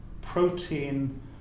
protein